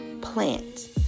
plant